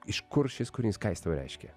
iš kur šis kūrinys ką jis tau reiškia